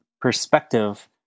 perspective